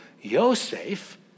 Yosef